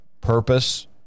purpose